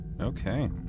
Okay